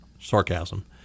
sarcasm